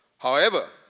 however,